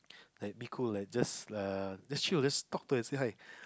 like be cool like just err just chill just talk to her and say hi